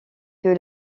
que